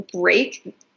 break